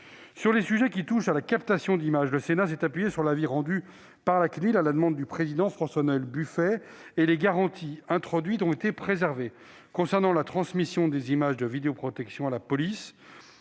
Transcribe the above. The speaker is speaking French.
Sur les sujets qui touchent à la captation d'images, le Sénat s'est appuyé sur l'avis rendu par la CNIL à la demande du président François-Noël Buffet. Les garanties introduites ont été préservées. Concernant la transmission des images de vidéoprotection à la police,